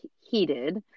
heated